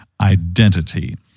identity